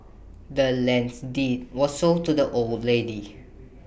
the land's deed was sold to the old lady